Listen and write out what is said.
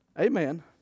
amen